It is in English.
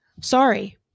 sorry